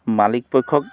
মালিকপক্ষক